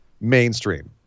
Mainstream